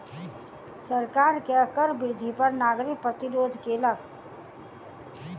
सरकार के कर वृद्धि पर नागरिक प्रतिरोध केलक